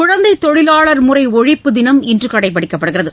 குழந்தை தொழிலாளர் முறை ஒழிப்பு தினம் இன்று கடைப்பிடிக்கப்படுகிறது